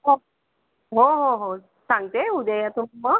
हो हो हो सांगते उद्या या तुम्ही मग